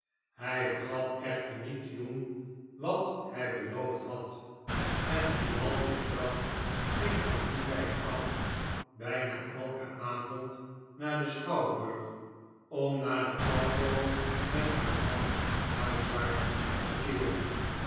hij vergat echter niet te doen wat hij beloofd had en grimaldi's vrouw ging van dien tijd af bijna elken avond naar den schouwburg om na den afloop met haar man huiswaarts te keeren